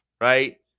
right